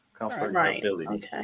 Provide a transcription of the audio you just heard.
Comfortability